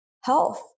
health